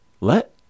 Let